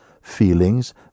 feelings